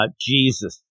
Jesus